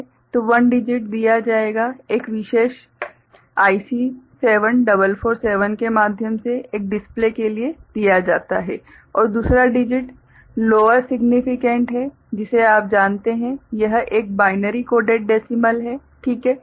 तो 1 डिजिट दिया जाएगा एक विशेष IC7447 के माध्यम से एक डिस्प्ले के लिए दिया जाता है और दूसरा डिजिट लोअर सिग्निफिकेंट है जिसे आप जानते हैं एक यह बाइनरी कोडेड डेसिमल है ठीक है